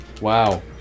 Wow